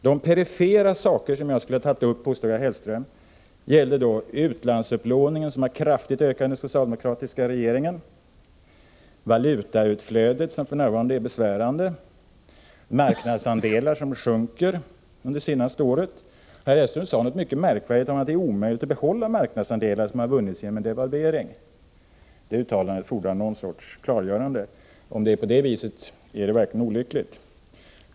De perifera saker som Mats Hellström påstod att jag skulle ha tagit upp gäller utlandsupplåningen, som har kraftigt ökat under den socialdemokratiska regeringen, valutautflödet, som för närvarande är besvärande, samt de minskade marknadsandelarna under det senaste året. Mats Hellström sade något mycket märkligt om att det är omöjligt att behålla marknadsandelar som vunnits genom en devalvering. Detta uttalande fordrar ett klargörande. Förhåller det sig så, är det verkligen olyckligt.